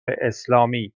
اسلامی